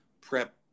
prep